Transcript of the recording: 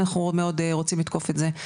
אנחנו מאוד רוצים לתקוף את זה.